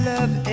Love